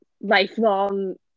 lifelong